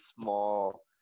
small